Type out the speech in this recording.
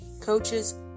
coaches